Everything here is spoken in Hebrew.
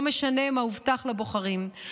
לא משנה מה הובטח לבוחרים,